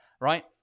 right